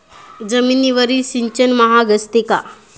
जमिनीवरील सिंचन महाग असते का?